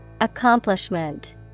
Accomplishment